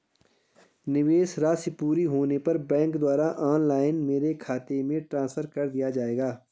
निवेश राशि पूरी होने पर बैंक द्वारा ऑनलाइन मेरे खाते में ट्रांसफर कर दिया जाएगा?